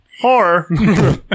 horror